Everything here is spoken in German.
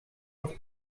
aus